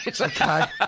Okay